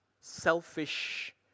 Selfish